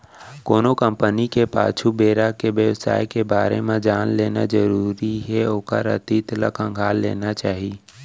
कोनो कंपनी के पाछू बेरा के बेवसाय के बारे म जान लेना जरुरी हे ओखर अतीत ल खंगाल लेना चाही